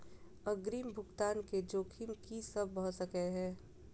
अग्रिम भुगतान केँ जोखिम की सब भऽ सकै हय?